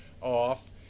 off